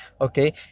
okay